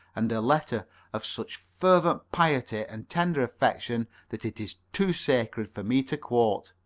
and a letter of such fervent piety and tender affection that it is too sacred for me to quote.